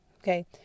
Okay